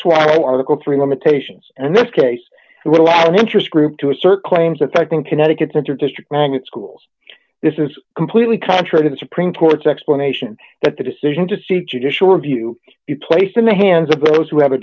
swallow article three limitations and this case would allow the interest group to assert claims affecting connecticut's or district magnet schools this is completely contrary to the supreme court's explanation that the decision to seek judicial review is placed in the hands of those who have a